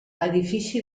edifici